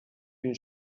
این